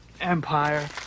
Empire